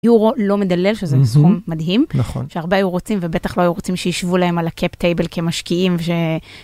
יורו לא מדלל שזה ניזום מדהים, שהרבה היו רוצים ובטח לא היו רוצים שישבו להם על הקאפ טייבל כמשקיעים.